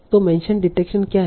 तो mention detection क्या है